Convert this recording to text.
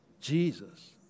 Jesus